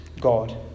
God